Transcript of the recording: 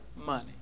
money